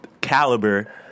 caliber